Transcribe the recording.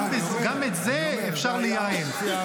גם את זה אפשר לייעל.